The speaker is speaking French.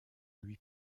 lui